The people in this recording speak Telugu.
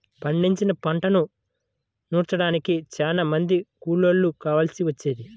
పండించిన పంటను నూర్చడానికి చానా మంది కూలోళ్ళు కావాల్సి వచ్చేది